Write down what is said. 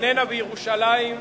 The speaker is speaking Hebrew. איננה בירושלים,